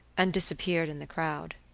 and disappeared in the crowd.